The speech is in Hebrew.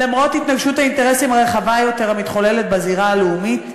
למרות התנגשות האינטרסים הרחבה יותר המתחוללת בזירה הלאומית,